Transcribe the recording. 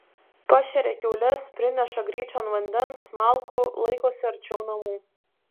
pašeria kiaules prineša gryčion vandens malkų laikosi arčiau namų